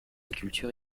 culture